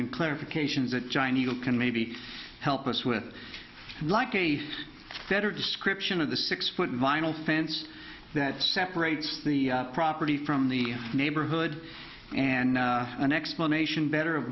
and clarifications that chinese can maybe help us with like a better description of the six foot vinyl fence that separates the property from the neighborhood and an explanation better of